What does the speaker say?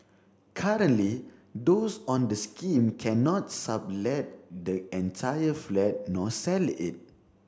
currently those on the scheme cannot sublet the entire flat nor sell it